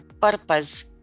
purpose